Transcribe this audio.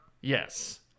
Yes